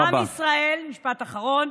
משפט אחרון.